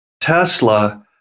Tesla